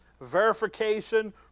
verification